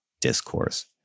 discourse